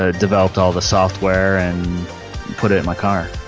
ah developed all the software and put it in my car.